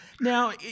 Now